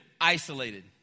Isolated